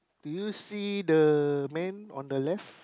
do you see the man on the left